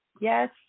Yes